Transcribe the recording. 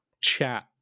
chat